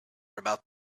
about